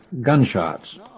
gunshots